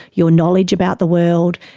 your knowledge about the world,